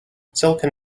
silicon